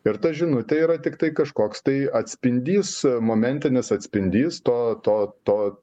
ir ta žinutė yra tiktai kažkoks tai atspindys momentinis atspindys to to to